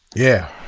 yeah.